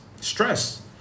stress